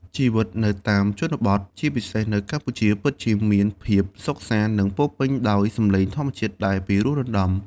ជីវិតនៅតាមជនបទ ជាពិសេសនៅកម្ពុជា ពិតជាមានភាពសុខសាន្ត និងពោរពេញដោយសំឡេងធម្មជាតិដែលពិរោះរណ្ដំ។